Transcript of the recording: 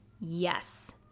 Yes